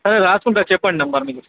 సరే రాసుకుంటాను చెప్పండి నంబర్ మీది